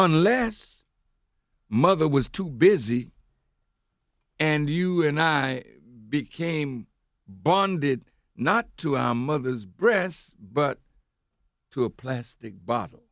unless mother was too busy and you and i became bonded not to our mothers breasts but to a plastic bottle